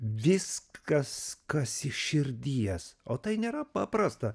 viskas kas iš širdies o tai nėra paprasta